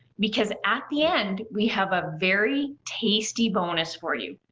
because at the end, we have a very tasty bonus for you,